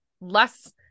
less